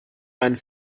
meinen